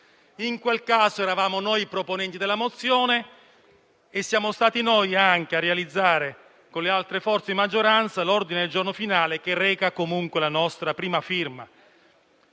in quel caso eravamo noi i proponenti della mozione e siamo stati noi anche a realizzare, con le altre forze di maggioranza, l'ordine giorno finale che reca comunque la nostra prima firma.